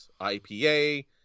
ipa